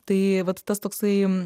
tai vat tas toksai